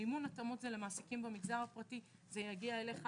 מימון התאמות למעסיקים במגזר הפרטי יגיע אליך,